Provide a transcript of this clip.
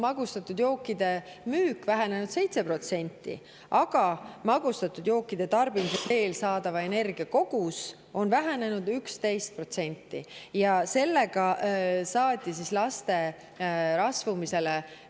magustatud jookide müük vähenenud 7% ning magustatud jookide tarbimisest saadav energiakogus on vähenenud 11%. Ja sellega saadi laste rasvumisele